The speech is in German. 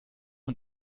und